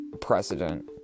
precedent